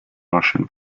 russian